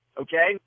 okay